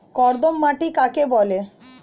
কর্দম মাটি কাকে বলে?